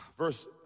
Verse